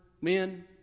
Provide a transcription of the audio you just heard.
men